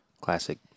classic